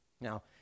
Now